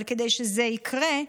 אבל כדי שזה יקרה,